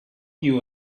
you